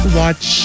watch